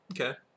okay